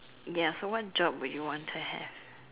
ya so what job would you want to have